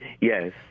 Yes